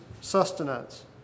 sustenance